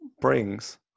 brings